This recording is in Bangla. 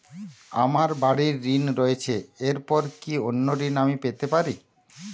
আমার বাড়ীর ঋণ রয়েছে এরপর কি অন্য ঋণ আমি পেতে পারি?